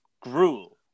Gruel